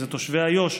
זה תושבי איו"ש,